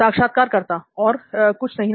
साक्षात्कारकर्ता और कुछ नहीं ना